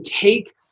take